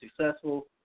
successful